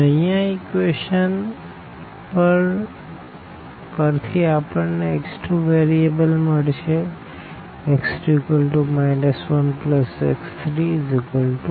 તો અહિયાં આ ઇક્વેશન પર થી આપણને x 2 વેરીએબલ મળશે x2 1x31